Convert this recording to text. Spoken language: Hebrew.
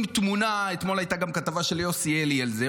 אתמול גם הייתה כתבה של יוסי אלי על זה.